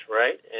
right